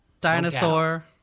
dinosaur